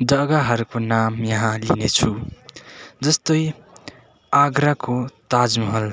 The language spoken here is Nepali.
जग्गाहरूको नाम यहाँ लिनेछु जस्तै आग्राको ताज महल